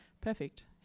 Perfect